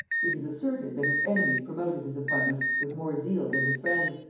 it is asserted that his enemies promoted his appointment with more zeal than his friends,